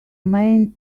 main